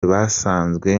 basanzwe